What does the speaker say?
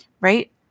right